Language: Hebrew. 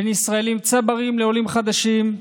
בין ישראלים צברים לעולים חדשים.